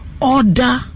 order